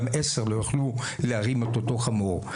גם עשרה לא יוכלו להרים את אותו חמור.